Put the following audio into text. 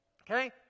okay